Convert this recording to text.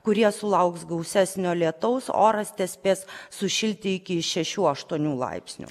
kurie sulauks gausesnio lietaus oras tespės sušilti iki šešių aštuonių laipsnių